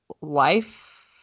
life